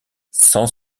cent